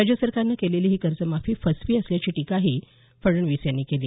राज्य सरकारने केलेली ही कर्जमाफी फसवी असल्याची टीकाही फडणवीस यांनी केली